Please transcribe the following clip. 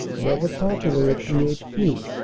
never popular at g h q,